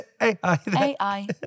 AI